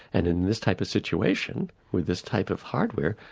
and in this type of situation with this type of hardware,